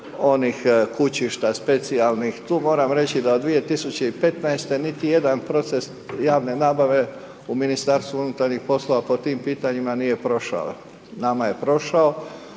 onih kućišta specijalnih tu moram reći da od 2015. niti jedan proces javne nabave u MUP-u po tim pitanjima nije prošao, nama je pošao,